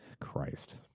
christ